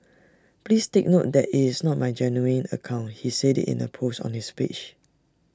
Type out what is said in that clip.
please take note that its not my genuine account he said in A post on his page